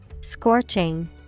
Scorching